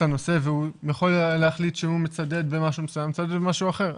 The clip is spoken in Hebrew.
הנושא והוא יכול היה להחליט שהוא מצדד במשהו מסוים או מצדד במשהו אחר.